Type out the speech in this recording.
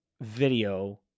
video